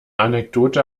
anekdote